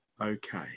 okay